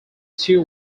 two